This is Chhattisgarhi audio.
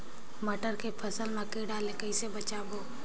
मटर के फसल मा कीड़ा ले कइसे बचाबो?